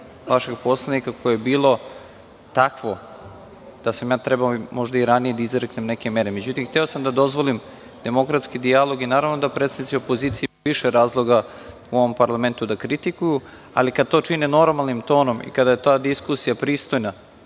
vašeg poslanika koje je bilo takvo da sam ja trebao možda i ranije da izreknem neke mere.Međutim, hteo sam da dozvolim demokratski dijalog i naravno da predstavnici opozicije imaju više razloga u ovom parlamentu da kritikuju, ali kada to čine normalnim tonom i kada je ta diskusija pristojna